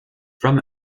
from